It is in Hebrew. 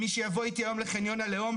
מי שיבוא איתי היום לחניון הלאום,